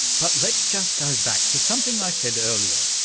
but let's just go back to something i said earlier.